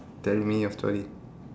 tell me your story